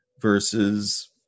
versus